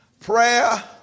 Prayer